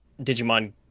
Digimon